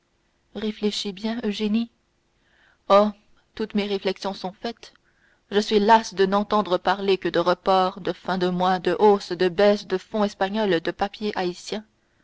réfléchis bien eugénie oh toutes mes réflexions sont faites je suis lasse de n'entendre parler que de reports de fins de mois de hausse de baisse de fonds espagnols de papier